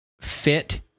fit